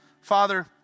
Father